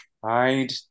tried